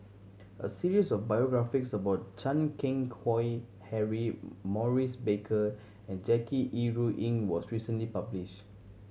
a series of biographies about Chan Keng Howe Harry Maurice Baker and Jackie Yi Ru Ying was recently published